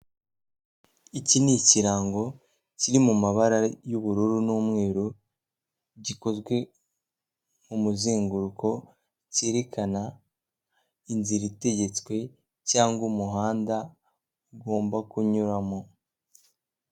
Iki ni ikirango kiri mu mabara y'ubururu n'umweru, gikozwe mu muzenguruko, cyerekana inzira itegetswe, cyangwa umuhanda ugomba kunyuramo.